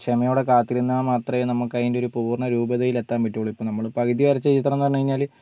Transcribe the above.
ക്ഷമയോടെ കാത്തിരുന്നാൽ മാത്രമേ നമക്കതിൻ്റെയൊരു പൂർണ്ണ രൂപതയിലെത്താൻ പറ്റൂള്ളൂ ഇപ്പോൾ നമ്മൾ പകുതി വരച്ച ചിത്രം എന്ന് പറഞ്ഞു കഴിഞ്ഞാൽ